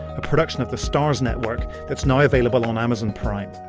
a production of the starz network that's now available on amazon prime.